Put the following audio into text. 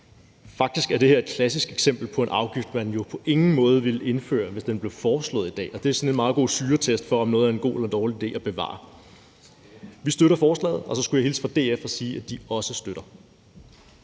Faktisk er det her et klassisk eksempel på en afgift, man jo på ingen måde ville indføre, hvis den blev foreslået i dag, og det er sådan en meget god syretest på, om noget er en god eller dårlig idé at bevare. Vi støtter forslaget. Og så skulle jeg hilse fra DF og sige, at de også støtter